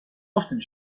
often